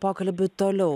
pokalbį toliau